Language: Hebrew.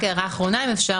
בוודאי בינינו.